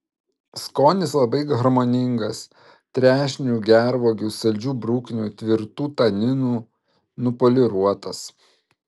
skonis labai harmoningas trešnių gervuogių saldžių bruknių tvirtų taninų nupoliruotas